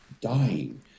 dying